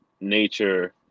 nature